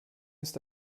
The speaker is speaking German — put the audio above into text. ist